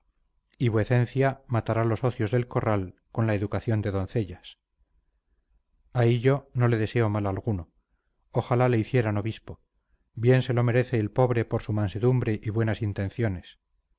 y vuecencia matará los ocios del corral con la educación de doncellas a hillo no le deseo mal alguno ojalá le hicieran obispo bien se lo merece el pobre por su mansedumbre y buenas intenciones